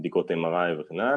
בבדיקות MRI וכדומה,